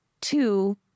two